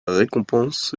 récompense